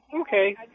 Okay